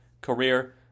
career